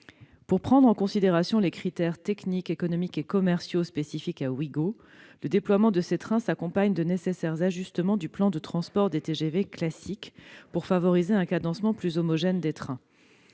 Pour prendre en considération les critères techniques, économiques et commerciaux spécifiques à Ouigo, le déploiement de ces trains s'accompagne de nécessaires ajustements du plan de transport des TGV classiques, en vue de favoriser un cadencement plus homogène des trains.